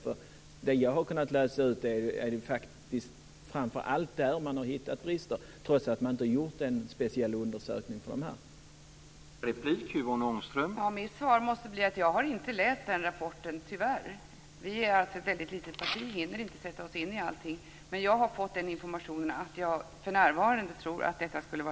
Såvitt jag kunnat läsa ut är det framför allt där som man har hittat brister; detta trots att en speciell undersökning för de här typerna inte har gjorts.